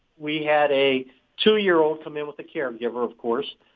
we had a two year old come in with a care giver, of course,